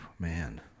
Man